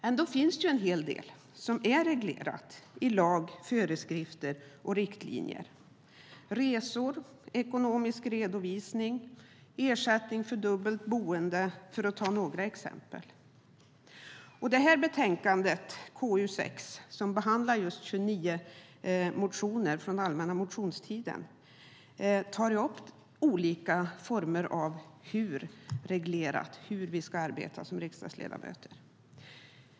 Ändå finns en hel del som är reglerat i lag, föreskrifter och riktlinjer - resor, ekonomisk redovisning, ersättning för dubbelt boende, för att ta några exempel. Betänkande KU6, som behandlar 29 motioner från allmänna motionstiden, tar upp olika former av regler för hur vi ska arbeta som riksdagsledamöter.